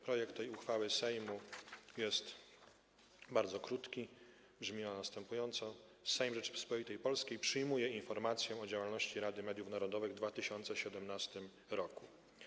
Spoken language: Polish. Projekt uchwały Sejmu jest bardzo krótki, brzmi on następująco: Sejm Rzeczypospolitej Polskiej przyjmuje informację o działalności Rady Mediów Narodowych w 2017 r.